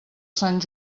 sant